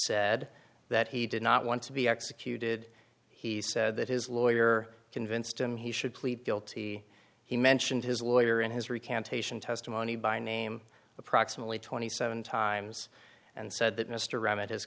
said that he did not want to be executed he said that his lawyer convinced him he should plead guilty he mentioned his lawyer in his recantation testimony by name approximately twenty seven times and said that mr r